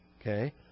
Okay